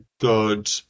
good